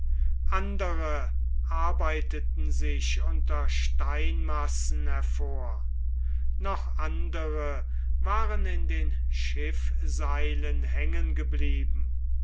andere arbeiteten sich unter steinmassen hervor noch andere waren in den schiffseilen hängen geblieben